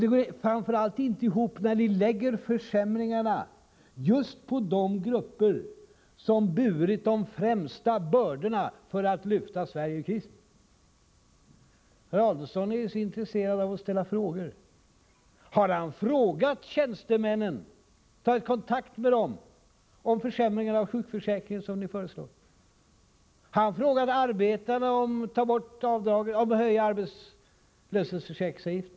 Det går framför allt inte ihop när ni lägger försämringarna just på de grupper som burit de tyngsta bördorna för att lyfta Sverige ur krisen. Herr Adelsohn är ju så intresserad av att ställa frågor. Har han tagit kontakt med tjänstemännen i fråga om den försämring av sjukförsäkringen som han föreslår? Har han frågat arbetarna om höjda arbetslöshetsförsäkringsavgifter?